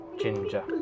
ginger